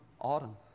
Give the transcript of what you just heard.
autumn